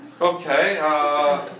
Okay